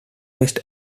west